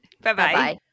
Bye-bye